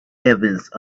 evidence